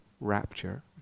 rapture